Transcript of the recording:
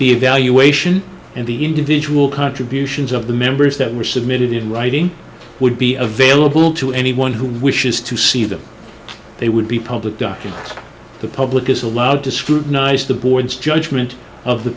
the evaluation and the individual contributions of the members that were submitted in writing would be available to anyone who wishes to see them they would be public documents the public is allowed to scrutinize the board's judgement of the